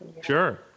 Sure